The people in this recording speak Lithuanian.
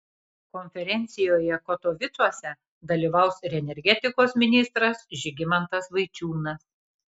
konferencijoje katovicuose dalyvaus ir energetikos ministras žygimantas vaičiūnas